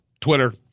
Twitter